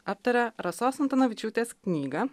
aptaria rasos antanavičiūtės knygą